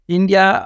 India